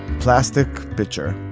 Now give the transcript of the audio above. plastic pitcher.